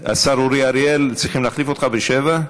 השר אורי אריאל, צריכים להחליף אותך ב-19:00?